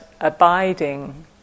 abiding